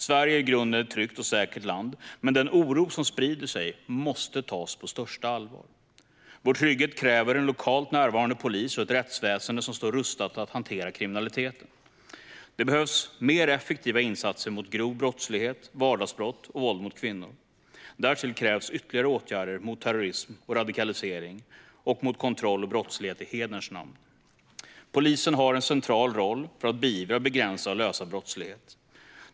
Sverige är i grunden ett tryggt och säkert land, men den oro som sprider sig måste tas på största allvar. Vår trygghet kräver en lokalt närvarande polis och ett rättsväsen som står rustat att hantera kriminaliteten. Det behövs effektivare insatser mot grov brottslighet, vardagsbrott och våld mot kvinnor. Därtill krävs ytterligare åtgärder mot terrorism och radikalisering samt mot kontroll och brottslighet i hederns namn. Polisen har en central roll för att beivra, begränsa och lösa brottslighet.